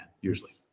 usually